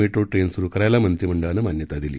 metro train स्रु करायला मंत्रिमंडळाने मान्यता दिली